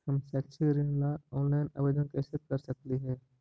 हम शैक्षिक ऋण ला ऑनलाइन आवेदन कैसे कर सकली हे?